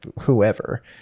whoever